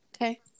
Okay